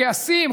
הכעסים,